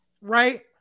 Right